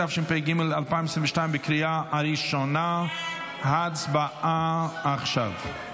התשפ"ג 2022. הצבעה עכשיו.